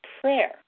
Prayer